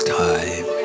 time